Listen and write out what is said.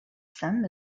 sum